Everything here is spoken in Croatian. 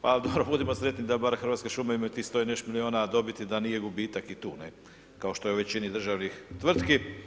Pa dobro, budimo sretni da bar Hrvatske šume imaju tih 100 i nešto miliona dobiti, da nije gubitak i tu, kao što je u većini državnih tvrtki.